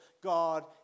God